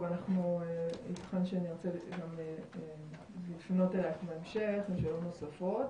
ייתכן שאני ארצה לפנות אלייך בהמשך לשאלות נוספות.